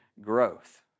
growth